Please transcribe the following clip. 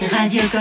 Radio